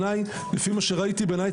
לפי מה שראיתי בעיניי,